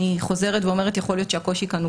אני חוזרת ואומרת שיכול להיות שהקושי כאן הוא